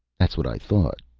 that's what i thought,